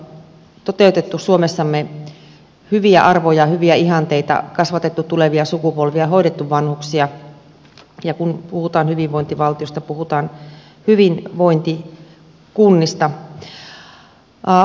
sillä on toteutettu suomessamme hyviä arvoja hyviä ihanteita kasvatettu tulevia sukupolvia hoidettu vanhuksia ja kun puhutaan hyvinvointivaltiosta puhutaan hyvinvointikunnista